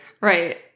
Right